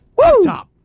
top